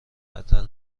قطعا